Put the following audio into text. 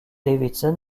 davidson